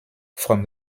from